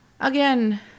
again